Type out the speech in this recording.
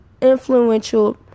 influential